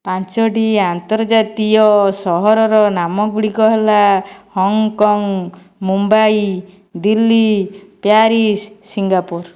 ପାଞ୍ଚଟି ଆର୍ନ୍ତଜାତୀୟ ସହରର ନାମ ଗୁଡ଼ିକ ହେଲା Hong Kong Mumbai Delhi Paris Singapore